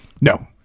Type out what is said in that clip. No